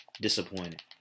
disappointed